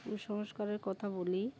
কুসংস্কারের কথা বলি